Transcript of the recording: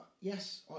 yes